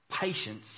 patience